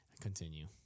Continue